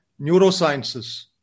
neurosciences